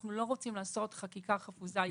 אנחנו לא רוצים לעשות חקיקה חפוזה.